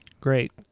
Great